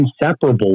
inseparable